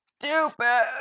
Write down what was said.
stupid